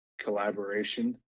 collaboration